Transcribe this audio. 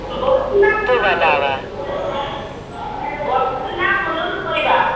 bus ନା Bolero bus ନା ବୋଲେରୋ କରିବା